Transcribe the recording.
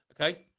Okay